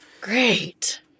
Great